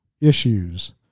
issues